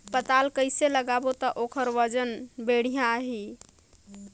पातल कइसे लगाबो ता ओहार वजन बेडिया आही?